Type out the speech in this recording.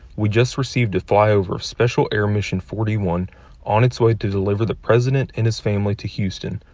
we just received a flyover of special air mission forty one on its way to deliver the president and his family to houston.